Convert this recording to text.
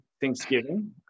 Thanksgiving